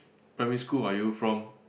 primary school are you from